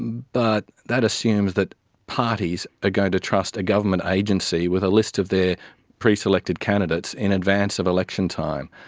but that assumes that parties are ah going to trust a government agency with a list of their preselected candidates in advance of election time.